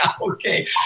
Okay